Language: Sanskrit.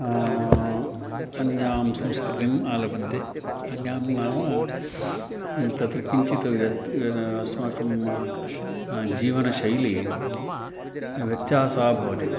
अन्यां संस्कृतिम् आरभन्ते अन्यां नाम तत्र किञ्चित् व्यत् अस्माकं जीवनशैली व्यत्यासः भवति